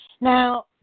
Now